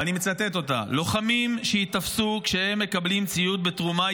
ואני מצטט אותה: לוחמים שייתפסו כשהם מקבלים ציוד בתרומה,